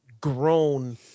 grown